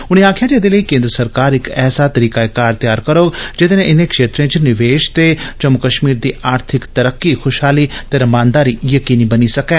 उनें आक्खेआ जे एदे लेई केंद्र सरकार इक ऐसा तरीकाकार तयार करोग जेदे नै इनें क्षेत्रे च निवेश ते जम्मू कश्मीर दी आर्थिक तरक्की खुशहाली ते रमानदारी यकीनी बनी सकै